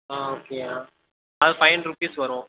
ஆ ஓகேயா அது five hundred rupees வரும்